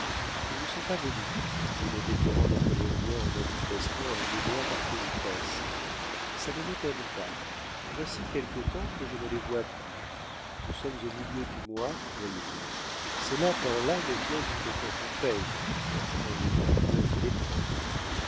ils ne sont pas venus dit le vétéran napoléonien en manifestant un émoi par politesse ça ne m'étonne pas voici quelque temps que je ne les vois plus nous sommes au milieu du mois voyez-vous ces lapins là ne viennent que quand on paye entre les et